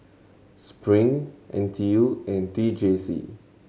Spring N T U and T J C